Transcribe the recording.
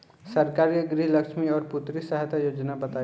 सरकार के गृहलक्ष्मी और पुत्री यहायता योजना बताईं?